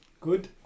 Good